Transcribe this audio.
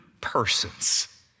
persons